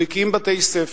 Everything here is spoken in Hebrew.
הוא הקים בתי-ספר,